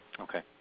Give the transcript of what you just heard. Okay